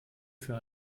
für